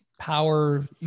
Power